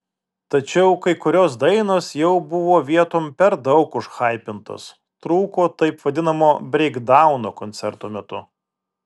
tačiau kai kurios dainos jau buvo vietom per daug užhaipintos trūko taip vadinamo breikdauno koncerto metu